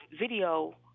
video